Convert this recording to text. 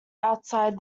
outside